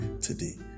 today